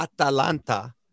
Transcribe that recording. Atalanta